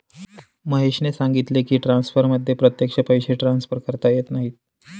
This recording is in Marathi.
महेशने सांगितले की, ट्रान्सफरमध्ये प्रत्यक्ष पैसे ट्रान्सफर करता येत नाहीत